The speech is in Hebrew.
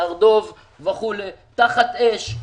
תחת אש,